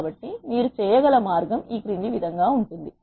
కాబట్టి మీరు చేయ గల మార్గం ఈ క్రింది విధంగా ఉంటుంది